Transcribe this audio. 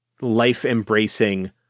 life-embracing